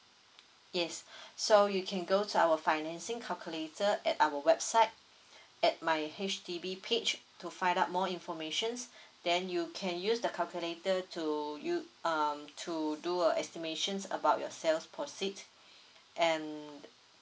yes so you can go to our financing calculator at our website at my H_D_B page to find out more informations then you can use the calculator to you um to do uh estimations about your sales proceed and